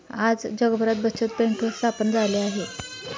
आज जगभरात बचत बँक स्थापन झाली आहे